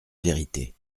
vérité